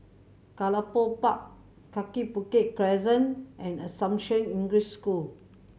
Gallop Park Kaki Bukit Crescent and Assumption English School